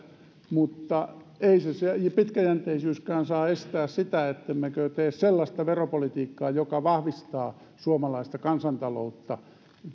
mutta ei pitkäjänteisyyskään saa estää sitä että teemme sellaista veropolitiikkaa joka vahvistaa suomalaista kansantaloutta